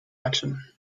action